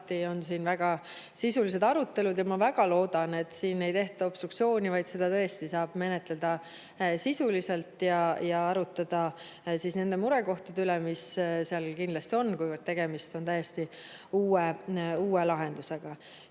on alati väga sisulised arutelud. Ma väga loodan, et siin ei tehta obstruktsiooni, vaid seda [eelnõu] saab tõesti menetleda sisuliselt ja arutleda nende murekohtade üle, mis seal kindlasti on, kuivõrd tegemist on täiesti uue lahendusega.